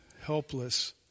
Helpless